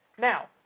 Now